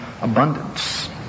abundance